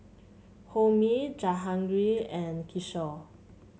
Homi Jehangirr and Kishore